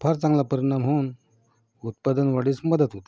फार चांगला परिणाम होऊन उत्पादनवाढीस मदत होते